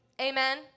amen